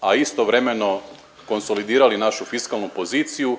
a istovremeno konsolidirali našu fiskalnu poziciju